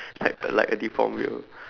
like a like a deformed wheel